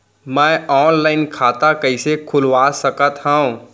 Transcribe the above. मैं ऑनलाइन खाता कइसे खुलवा सकत हव?